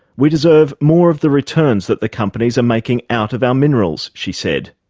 we deserve more of the returns that the companies are making out of our minerals she said.